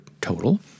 total